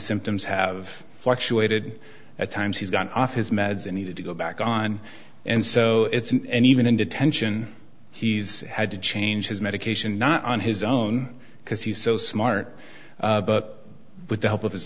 symptoms have fluctuated at times he's gone off his meds and he had to go back on and so it's and even in detention he's had to change his medication not on his own because he's so smart but with the help of his